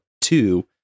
two